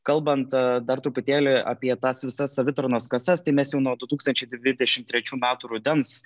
kalbant dar truputėlį apie tas visas savitarnos kasas tai mes jau nuo du tūkstančiai dvidešim trečių metų rudens